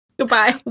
Goodbye